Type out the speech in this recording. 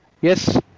yes